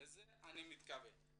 לכך אני מתכוון.